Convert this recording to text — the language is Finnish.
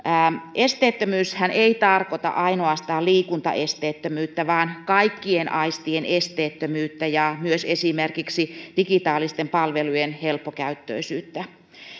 esteettömyyshän ei tarkoita ainoastaan liikuntaesteettömyyttä vaan kaikkien aistien esteettömyyttä ja myös esimerkiksi digitaalisten palvelujen helppokäyttöisyyttä